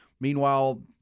Meanwhile